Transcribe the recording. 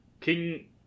King